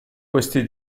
questi